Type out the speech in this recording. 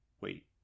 Wait